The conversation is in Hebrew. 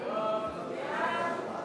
חוק הרבנות הראשית לישראל (תיקון